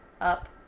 up